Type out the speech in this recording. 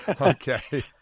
Okay